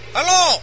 Hello